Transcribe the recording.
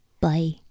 Bye